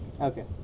Okay